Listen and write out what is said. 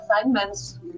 assignments